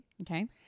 okay